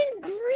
green